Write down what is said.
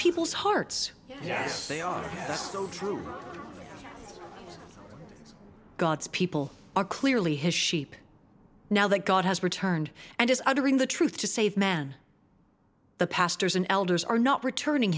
people's hearts yes they are so true god's people are clearly his sheep now that god has returned and is uttering the truth to save man the pastors and elders are not returning